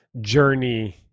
journey